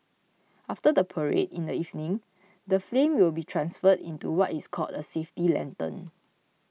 after the parade in the evening the flame will be transferred into what is called a safety lantern